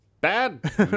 bad